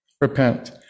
Repent